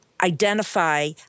identify